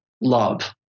love